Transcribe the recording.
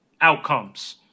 outcomes